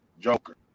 Joker